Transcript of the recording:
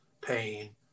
pain